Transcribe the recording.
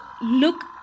look